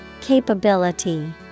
Capability